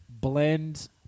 blend